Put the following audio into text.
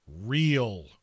real